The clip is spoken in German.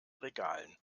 regalen